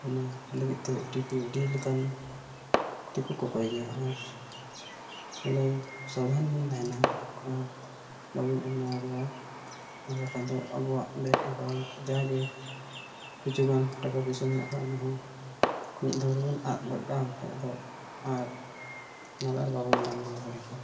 ᱚᱱᱟ ᱞᱟᱹᱜᱤᱫᱛᱮ O T P ᱟᱹᱰᱤ ᱞᱮᱠᱟᱱ ᱳ ᱴᱤ ᱯᱤ ᱠᱚ ᱠᱚᱠᱚᱭ ᱜᱮᱭᱟ ᱵᱚᱞᱮ ᱥᱟᱵᱫᱷᱟᱱ ᱵᱚᱱ ᱛᱟᱦᱮᱱᱟ ᱟᱨ ᱵᱟᱵᱚᱱ ᱮᱢᱟ ᱠᱚᱣᱟ ᱟᱨ ᱵᱟᱠᱷᱟᱡ ᱫᱚ ᱟᱵᱚᱣᱟ ᱵᱮᱝᱠ ᱮᱠᱟᱣᱩᱱᱴ ᱡᱟᱦᱟᱸ ᱜᱮ ᱠᱤᱪᱷᱩ ᱜᱟᱱ ᱴᱟᱠᱟ ᱯᱚᱭᱥᱟ ᱦᱮᱱᱟᱜ ᱠᱟᱜ ᱚᱱᱟ ᱦᱚᱸ ᱢᱤᱫ ᱫᱚᱢ ᱨᱮᱜᱮᱵᱚᱱ ᱟᱫ ᱜᱚᱫ ᱠᱟᱜᱼᱟ ᱵᱟᱠᱷᱟᱡ ᱫᱚ ᱟᱨ ᱚᱱᱟ ᱫᱚ ᱟᱨ ᱵᱟᱵᱚᱱ ᱧᱟᱢ ᱨᱩᱣᱟᱹᱲ ᱫᱟᱲᱮ ᱠᱮᱭᱟ